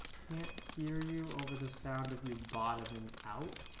can't hear you over the sound of you bottoming out